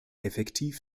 effektiv